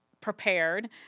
prepared